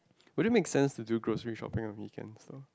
would it make sense to do grocery shopping on weekends still